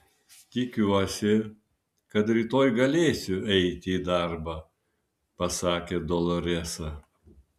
tikiuosi kad rytoj galėsiu eiti į darbą pasakė doloresa